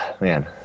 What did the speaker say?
man